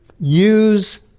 use